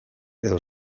edo